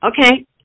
Okay